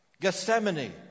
Gethsemane